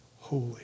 holy